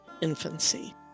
infancy